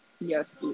Yes